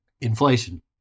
Inflation